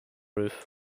roof